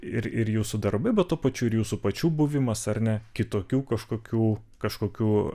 ir ir jūsų darbai bet tuo pačiu ir jūsų pačių buvimas ar ne kitokių kažkokių kažkokių